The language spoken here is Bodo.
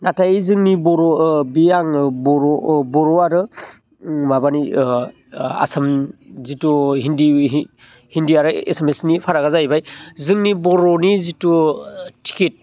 नाथाय जोंनि बर' ओ बि आङो बर' बर' आरो उम माबानि ओ ओ आसाम जिथु हिन्दी हिन्दी आरो एसामिसनि फारागा जाहैबाय जोंनि बर'नि जिथु टिकेट